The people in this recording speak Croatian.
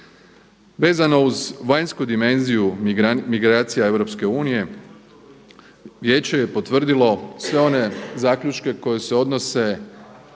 Vezano uz vanjsku dimenziju migracija EU Vijeće je potvrdilo sve one zaključke koji se odnose